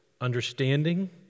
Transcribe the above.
understanding